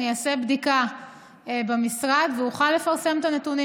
אני אעשה בדיקה במשרד ואוכל לפרסם את הנתונים.